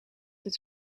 het